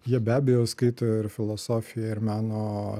jie be abejo skaito ir filosofiją ir meno